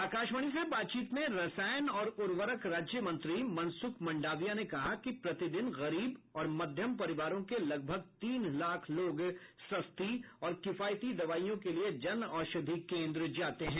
आकाशवाणी से बातचीत में रसायन और उर्वरक राज्य मंत्री मनसुख मंडाविया ने कहा कि प्रतिदिन गरीब और मध्यम परिवारों के लगभग तीन लाख लोग सस्ती और किफायती दवाइयों के लिए जनऔषधि केन्द्र जाते हैं